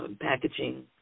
packaging